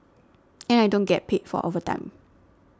and I don't get paid for overtime